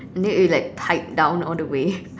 then it will like pipe down all the way